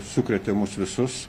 sukrėtė mus visus